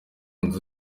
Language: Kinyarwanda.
nzu